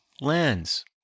lens